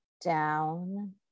down